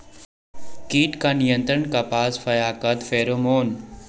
कीट का नियंत्रण कपास पयाकत फेरोमोन?